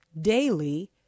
daily